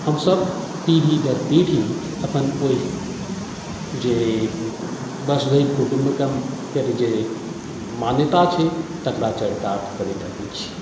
हमसब पीढ़ी दर पीढ़ी अपन ओहि जे वसुधैव कूटुम्बकमके जे मान्यता छै तकरा चरितार्थ करैत अबैत छै